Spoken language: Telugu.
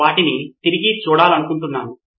దీనిని కొన్నిసార్లు ఆలోచన యొక్క విభిన్న భాగం అంటారు